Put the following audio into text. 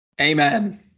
Amen